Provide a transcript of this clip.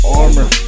armor